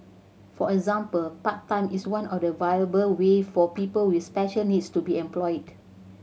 for example part time is one of the viable ways for people with special needs to be employed